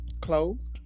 clothes